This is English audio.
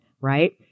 right